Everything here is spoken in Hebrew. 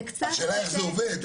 השאלה איך זה עובד?